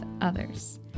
others